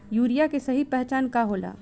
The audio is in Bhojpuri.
यूरिया के सही पहचान का होला?